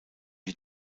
die